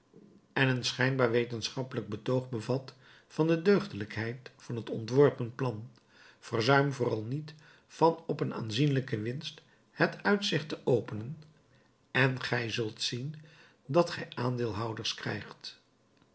en een schijnbaar wetenschappelijk betoog bevat van de deugdelijkheid van het ontworpen plan verzuim vooral niet van op een aanzienlijke winst het uitzicht te openen en gij zult zien dat gij aandeelhouders krijgt